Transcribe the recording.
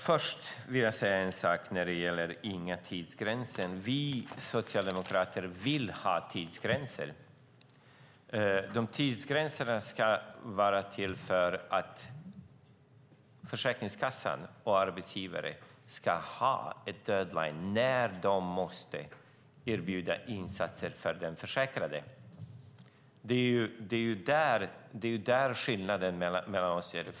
Fru talman! Vi socialdemokrater vill ha tidsgränser. De tidsgränserna ska vara till för att Försäkringskassan och arbetsgivare ska ha en deadline för när de måste erbjuda insatser för den försäkrade. Det är där skillnaden mellan oss ligger.